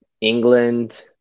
England